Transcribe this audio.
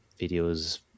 videos